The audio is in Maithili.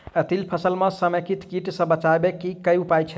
तिल फसल म समेकित कीट सँ बचाबै केँ की उपाय हय?